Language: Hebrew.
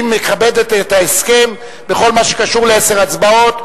היא מכבדת את ההסכם בכל מה שקשור לעשר הצבעות.